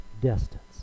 distance